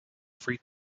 three